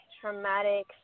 traumatic